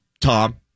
Tom